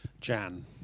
Jan